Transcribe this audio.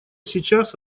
сейчас